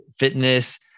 fitness